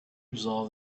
resolved